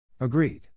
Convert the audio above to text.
Agreed